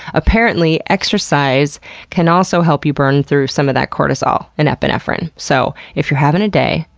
apparently exercise can also help you burn through some of that cortisol and epinephrine. so if you're having a day,